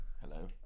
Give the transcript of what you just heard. Hello